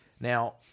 Now